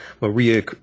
Maria